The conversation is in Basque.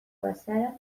bazara